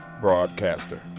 broadcaster